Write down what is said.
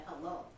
hello